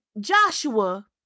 joshua